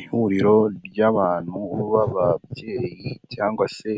Ihuriro ry'abantu b'ababyeyi cyangwa se